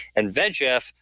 and vegf,